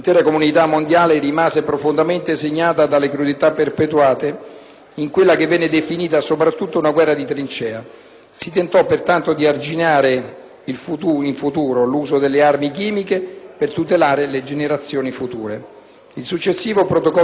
Si tentò pertanto di arginare, per il futuro, l'uso delle armi chimiche, per tutelare appunto le generazioni future. Il successivo Protocollo di Ginevra del 1925 aveva proibito più esplicitamente l'uso dei gas asfissianti e dei mezzi di guerra biologica,